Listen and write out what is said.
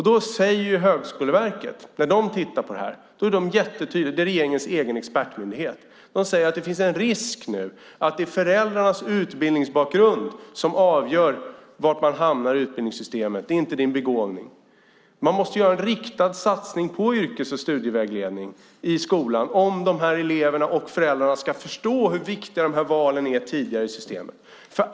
Där säger Högskoleverket, regeringens egen expertmyndighet, tydligt att det finns risk att föräldrarnas utbildningsbakgrund avgör var man hamnar i utbildningssystemet, inte ens begåvning. Man måste göra en riktad satsning på yrkes och studievägledning i skolan för att eleverna och föräldrarna ska förstå hur viktiga valen är tidigare i systemet.